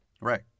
Right